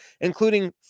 including